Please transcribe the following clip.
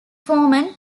foreman